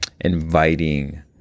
inviting